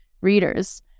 readers